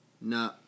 No